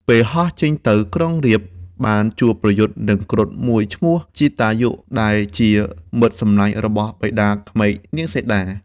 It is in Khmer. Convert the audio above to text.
ពេលហោះចេញទៅ ក្រុងរាពណ៍បានជួបប្រយុទ្ធនឹងគ្រុឌមួយឈ្មោះ ជតាយុ ដែលជាមិត្តសម្លាញ់របស់បិតាក្មេកនាងសីតា។